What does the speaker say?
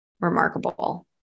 remarkable